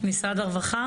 משרד הרווחה?